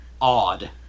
odd